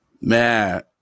Man